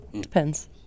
depends